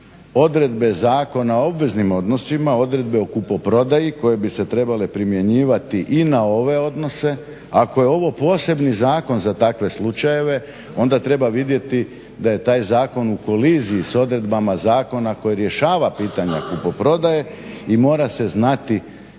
odredbe Zakona o obveznim odnosima, odredbe o kupoprodaji koje bi se trebale primjenjivati i na ove odnose. Ako je ovo posebni zakon za takve slučajeve, onda treba vidjeti da je taj zakon u koliziji s odredbama zakona koji rješava pitanje kupoprodaje i mora se znati